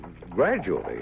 gradually